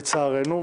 לצערנו,